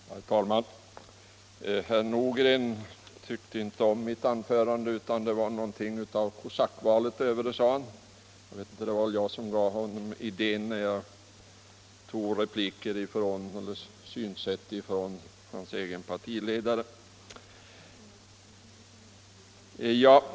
Herr talman! Herr Nordgren tyckte inte om mitt anförande. Det var något av kosackvalet över det, sade han. Det var väl jag som gav honom idén när jag återgav synsätt från hans egen partiledare.